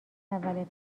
اول